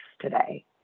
today